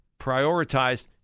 prioritized